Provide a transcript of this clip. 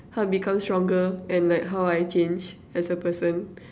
how I become stronger and like how I change as a person